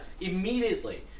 immediately